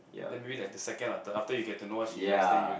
then maybe like the second or third after you get to know what she likes then you